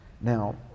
Now